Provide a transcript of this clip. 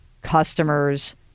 customers